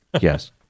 Yes